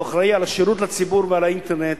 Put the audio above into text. שהוא אחראי לשירות לציבור ולאינטרנט,